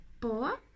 po